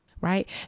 right